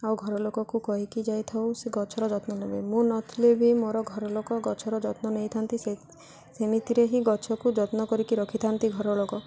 ଆଉ ଘରଲୋକକୁ କହିକି ଯାଇଥାଉ ସେ ଗଛର ଯତ୍ନ ନେବେ ମୁଁ ନଥିଲେ ବି ମୋର ଘରଲୋକ ଗଛର ଯତ୍ନ ନେଇଥାନ୍ତି ସେ ସେମିତିରେ ହିଁ ଗଛକୁ ଯତ୍ନ କରିକି ରଖିଥାନ୍ତି ଘରଲୋକ